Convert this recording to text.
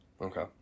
Okay